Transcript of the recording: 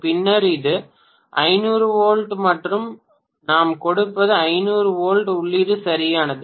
பின்னர் இது 500 வோல்ட் மற்றும் நாம் கொடுப்பது 500 வோல்ட் உள்ளீடு சரியானது